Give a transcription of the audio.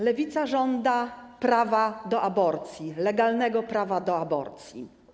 Lewica żąda prawa do aborcji, legalnego prawa do aborcji.